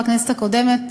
בכנסת הקודמת,